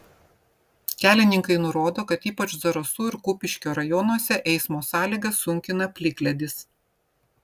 kelininkai nurodo kad ypač zarasų ir kupiškio rajonuose eismo sąlygas sunkina plikledis